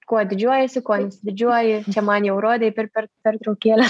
kuo didžiuojiesi kuo nesididžiuoji čia man jau rodei per per pertraukėlę